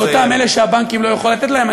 לאותם אלה שהבנקים לא יכולים לתת להם.